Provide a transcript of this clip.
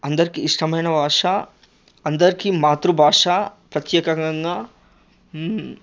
అందరికి ఇష్టమైన భాషా అందరికి మాతృభాష ప్రత్యేకకంగా